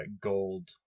gold